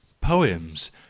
poems